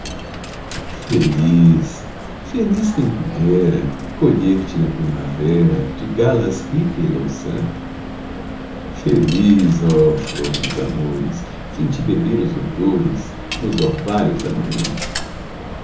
feliz feliz quem pudera colher te na primavera de galas rica e louçã feliz oh flor dos amores quem te beber os odores nos orvalhos da manhã